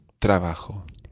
trabajo